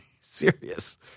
serious